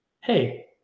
Hey